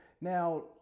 now